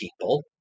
people